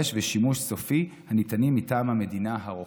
בשימוש סופי הניתנת מטעם המדינה הרוכשת.